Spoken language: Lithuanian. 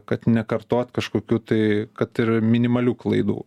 kad nekartot kažkokių tai kad ir minimalių klaidų